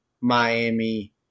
Miami